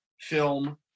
film